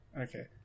Okay